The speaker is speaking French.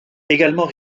également